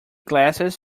glasses